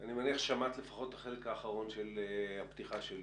אני מניח ששמעת לפחות את החלק האחרון של הפתיחה שלי.